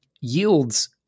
yields